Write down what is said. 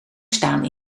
staan